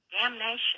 damnation